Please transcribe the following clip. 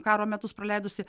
karo metus praleidusi